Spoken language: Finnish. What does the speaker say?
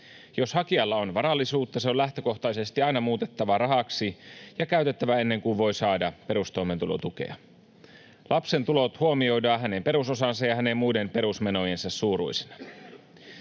Jos hakijalla on varallisuutta, se on lähtökohtaisesti aina muutettava rahaksi ja käytettävä ennen kuin voi saada perustoimeentulotukea. Lapsen tulot huomioidaan hänen perusosansa ja hänen muiden perusmenojensa suuruisina.